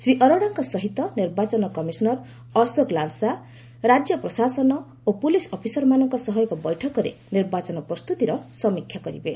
ଶ୍ରୀ ଅରୋଡ଼ାଙ୍କ ସହିତ ନିର୍ବାଚନ କମିଶନର ଅଶୋକ ଲାବାସା ରାଜ୍ୟ ପ୍ରଶାସନ ଓ ପୁଲିସ୍ ଅଫିସରମାନଙ୍କ ସହ ଏକ ବୈଠକରେ ନିର୍ବାଚନ ପ୍ରସ୍ତୁତିର ସମୀକ୍ଷା କରିବେ